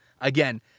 Again